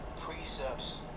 precepts